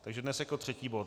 Takže dnes jako třetí bod.